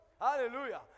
Hallelujah